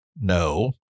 No